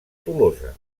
tolosa